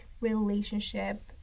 relationship